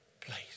place